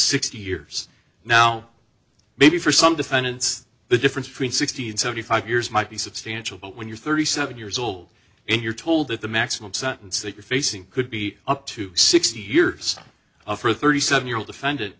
sixty years now maybe for some defendants the difference between sixty and seventy five years might be substantial but when you're thirty seven years old and you're told that the maximum sentence that you're facing could be up to sixty years of her thirty seven year old offend